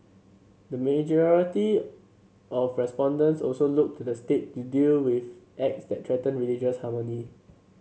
the majority of respondents also looked to the state to deal with acts that threaten religious harmony